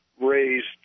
raised